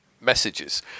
messages